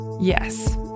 Yes